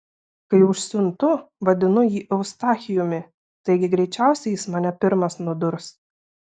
kai užsiuntu vadinu jį eustachijumi taigi greičiausiai jis mane pirmas nudurs